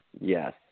Yes